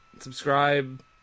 Subscribe